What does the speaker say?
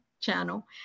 channel